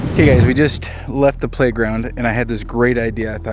okay guys, we just left the playground, and i had this great idea. i thought,